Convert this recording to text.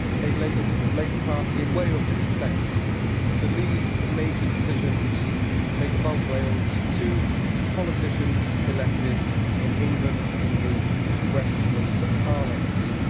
a labour labour party in wales content to leave the major decisions made about wales to politicians elected in england in the westminster parliament.